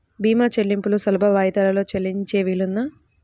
భీమా చెల్లింపులు సులభ వాయిదాలలో చెల్లించే వీలుందా?